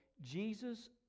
Jesus